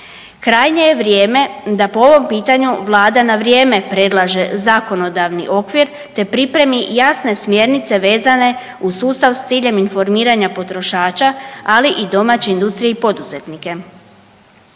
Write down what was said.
Krajnje je vrijeme da po ovom pitanju Vlada na vrijeme predlaže zakonodavni okvir te pripremi jasne smjernice vezane uz sustav s ciljem informiranja potrošača, ali i domaće industrije i poduzetnike.